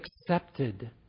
accepted